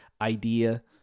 idea